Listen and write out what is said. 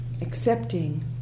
Accepting